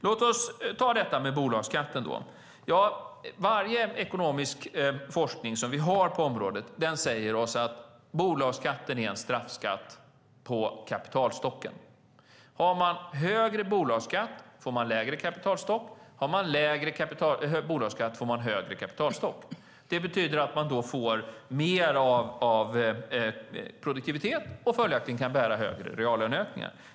När det gäller bolagsskatten säger all ekonomisk forskning på detta område att bolagsskatten är en straffskatt på kapitalstocken. Har vi högre bolagsskatt får vi lägre kapitalstock. Har vi lägre bolagsskatt får vi högre kapitalstock, vilket betyder att vi får högre produktivitet och följaktligen kan bära högre reallöneökningar.